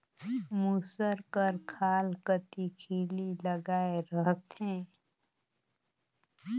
मूसर कर खाल कती खीली लगाए रहथे